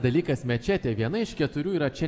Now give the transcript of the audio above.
dalykas mečetė viena iš keturių yra čia